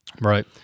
right